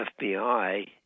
FBI